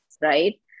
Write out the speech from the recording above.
right